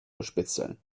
bespitzeln